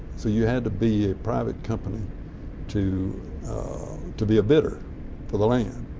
so you had to be a private company to to be a bidder to the land.